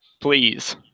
Please